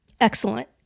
Excellent